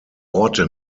orte